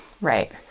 Right